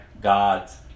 God's